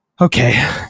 okay